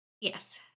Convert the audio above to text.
Yes